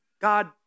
God